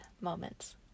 moments